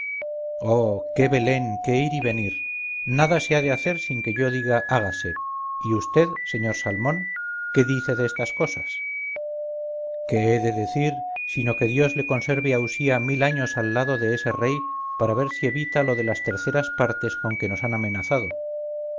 oh qué belén qué ir y venir nada se ha de hacer sin que yo diga hágase y vd sr salmón qué dice de estas cosas qué he de decir sino que dios le conserve a usía mil años al lado de ese rey para ver si evita lo de las terceras partes con que nos han amenazado